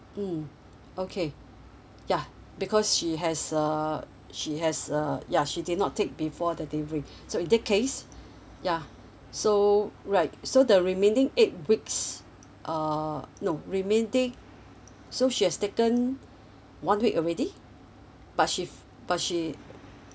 mm okay ya because she has uh she has uh ya she did not take before the delivery so in this case ya so right so the remaining eight weeks uh no remaining so she has taken one week already but she but she